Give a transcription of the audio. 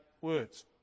words